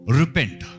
repent